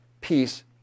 peace